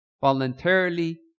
voluntarily